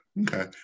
Okay